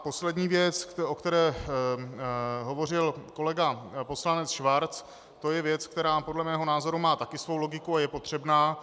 Poslední věc, o které hovořil kolega poslanec Schwarz, je věc, která podle mého názoru má také svou logiku a je potřebná.